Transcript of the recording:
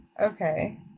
Okay